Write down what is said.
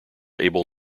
able